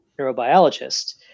neurobiologist